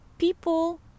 People